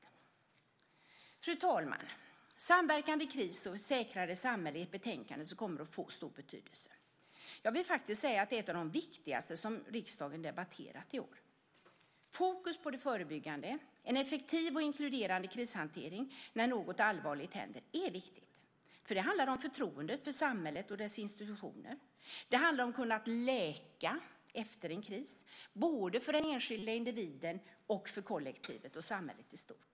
Fru talman! Samverkan vid kris - för ett säkrare samhälle är ett betänkande som kommer att få stor betydelse. Jag vill säga att det är ett av de viktigaste som riksdagen debatterat i år. Att sätta fokus på det förebyggande arbetet och ha en effektiv och inkluderande krishantering när något allvarligt händer är viktigt. Det handlar om förtroendet för samhället och dess institutioner. Det handlar om att kunna läka efter en kris - både den enskilde individen, kollektivet och samhället i stort.